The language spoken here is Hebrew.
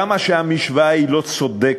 כמה שהמשוואה לא צודקת: